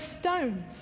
stones